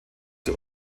der